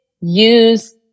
use